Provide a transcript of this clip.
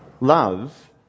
Love